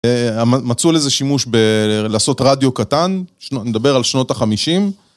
מצאו לזה שימוש ב... לעשות רדיו קטן, אני מדבר על שנות החמישים.